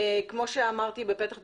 כמו שאמרתי בפתח דבריי,